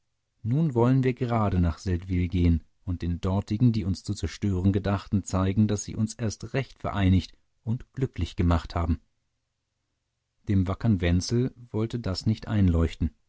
nun wollen wir gerade nach seldwyla gehen und den dortigen die uns zu zerstören gedachten zeigen daß sie uns erst recht vereinigt und glücklich gemacht haben dem wackern wenzel wollte das nicht einleuchten